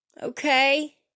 Okay